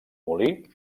molí